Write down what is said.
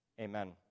amen